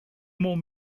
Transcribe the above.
more